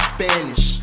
Spanish